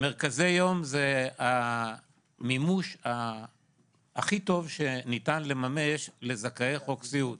מרכזי יום זה המימוש הכי טוב שניתן לממש לזכאי חוק סיעוד.